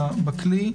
בכלי.